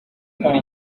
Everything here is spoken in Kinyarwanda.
muri